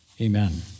Amen